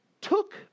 took